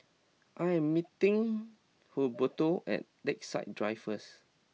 I am meeting Humberto at Lakeside Drive first